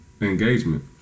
engagement